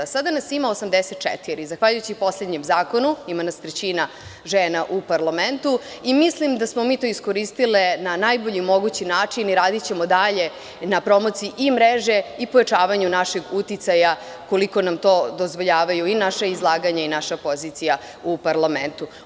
Sada nas ima 84, zahvaljujući poslednjem zakonu, ima nas 1/3 žena u parlamentu i mislim da to smo mi to iskoristile na najbolji mogući način i radićemo dalje na promociji mreže i pojačavanju našeg uticaja, koliko nam to dozvoljavaju i naša izlaganja i naša pozicija u parlamentu.